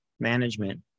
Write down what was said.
management